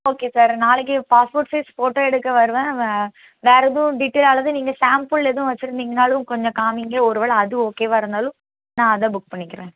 okay sir நாளைக்கு passport size photo எடுக்க வருவேன் வேறு எதுவும் டீட்டெயில் அல்லது நீங்கள் சாம்பிள் எதுவும் வச்சுருந்திங்கனாலும் கொஞ்சம் காமிங்க ஒரு வேளை அது ஓகேவாக இருந்தாலும் நான் அதை புக் பண்ணிக்குறேன்